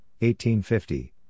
1850